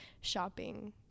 shopping